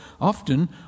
often